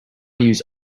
use